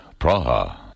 Praha